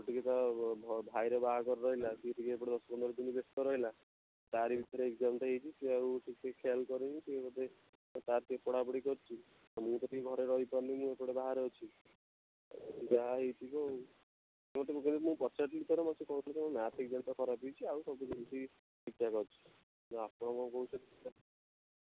ସିଏ ଟିକେ ତା' ଭାଇର ବାହାଘର ରହିଲା ସିଏ ଟିକେ ଏପଟେ ଦଶ ପନ୍ଦର ଦିନ ବ୍ୟସ୍ତ ରହିଲା ତାରି ଭିତରେ ଏଗ୍ଜାମ୍ଟା ହେଇଛି ସିଏ ଆଉ ଠିକ୍ ସେ ଖିଆଲ କରିନି ସିଏ ବୋଧେ ତା'ର ଟିକେ ପଢ଼ା ପଢ଼ି କରିଛି ମୁଁ ତ ଟିକେ ଘରେ ରହିପାରୁନି ମୁଁ ଏପଟେ ବାହାରେ ଅଛି ଯାହା ହେଇଥିବ ଆଉ ମୁଁ ତାକୁ କେବେ ମୁଁ ପଚାରୁଥିଲି ଥରେ ସେ ମୋତେ କହୁଥିଲା ମୋର ମ୍ୟାଥ୍ ଏଗ୍ଜାମ୍ଟା ଖରାପ ହେଇଚି ଆଉ ସବୁ ହିନ୍ଦୀ ଠିକ୍ ଠାକ୍ ଅଛି କିନ୍ତୁ ଆପଣ କହୁଛନ୍ତି